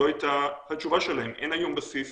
זו הייתה התשובה שלהם: אין היום בסיס